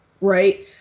right